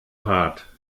hart